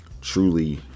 truly